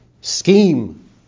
scheme